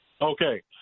Okay